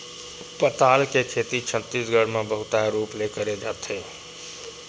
पताल के खेती छत्तीसगढ़ म बहुताय रूप ले करे जाथे